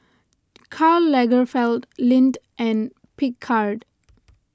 Karl Lagerfeld Lindt and Picard